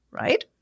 right